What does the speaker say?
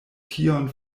tion